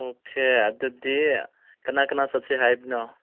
okay ꯑꯗꯨꯗꯤ ꯀꯅꯥ ꯀꯅꯥ ꯆꯠꯁꯦ ꯍꯥꯏꯕꯅꯣ